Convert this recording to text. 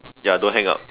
ya don't hang up